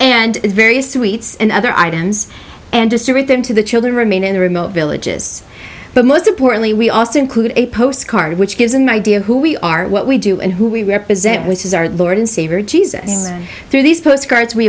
and various sweets and other items and distribute them to the children remain in the remote villages but most importantly we also include a post card which gives an idea of who we are what we do and who we represent which is our lord and savior jesus through these postcards we